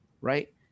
right